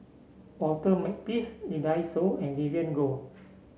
Walter Makepeace Lee Dai Soh and Vivien Goh